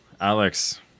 Alex